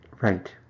Right